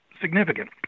significant